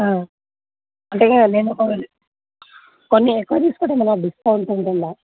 అంటే నేను కొన్ని కొన్నీ ఎక్కువ తీసుకుంటే ఏమన్నా డిస్కౌంట్ ఉంటుందా